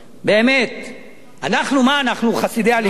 באמת, אנחנו, מה אנחנו, חסידי הליכוד?